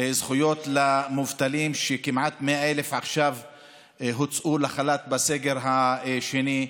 זכויות למובטלים כמעט 100,000 איש הוצאו לחל"ת בסגר השני.